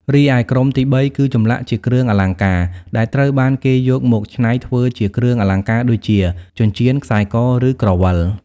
រីឯ ក្រុមទីបីគឺចម្លាក់ជាគ្រឿងអលង្ការ ដែលត្រូវបានគេយកមកច្នៃធ្វើជាគ្រឿងអលង្ការដូចជា ចិញ្ចៀន ខ្សែក ឬក្រវិល។